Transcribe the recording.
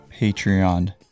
Patreon